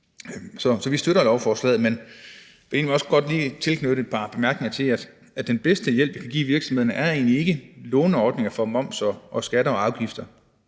Så vi støtter lovforslaget. Men jeg vil egentlig også godt lige knytte et par bemærkninger til det, nemlig at den bedste hjælp, vi kan give virksomhederne, ikke er låneordninger for moms og skatter og afgifter,